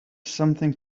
something